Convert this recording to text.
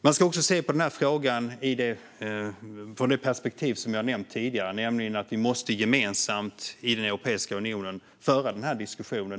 Man ska också se på frågan från det perspektiv som jag har nämnt tidigare, nämligen att vi måste föra den här diskussionen gemensamt i Europeiska unionen.